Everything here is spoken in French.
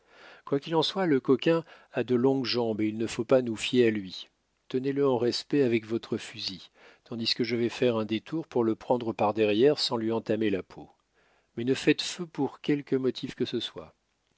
quoi qu'il en soit le coquin a de longues jambes et il ne faut pas nous fier à lui tenez le en respect avec votre fusil tandis que je vais faire un détour pour le prendre par derrière sans lui entamer la peau mais ne faites feu pour quelque motif que ce soit